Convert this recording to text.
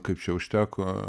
kaip čia užteko